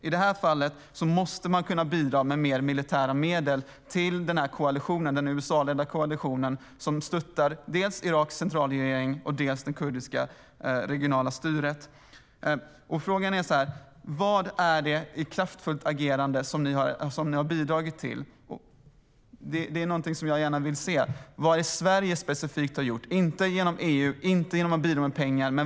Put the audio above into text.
I detta fall måste man kunna bidra med mer militära medel till den USA-ledda koalitionen, som stöttar dels Iraks centralregering, dels det kurdiska regionala styret. Frågan är: Vad är det för kraftfullt agerande som ni har bidragit till? Det är något jag gärna vill se. Vad är det som Sverige specifikt har gjort, inte genom EU eller genom att bidra med pengar?